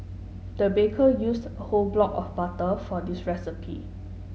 the baker used a whole block of butter for this recipe